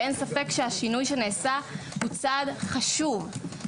ואין ספק שהשינוי שנעשה הוא צעד חשוב.